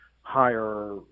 higher